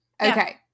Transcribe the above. Okay